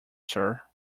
sir